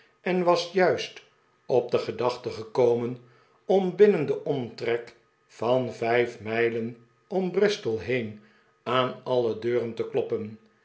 en was juist op de gedachte gekomen om binnen den omtrek van vijf mijlen om bristol heen aan alle deuren te kloppen